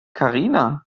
karina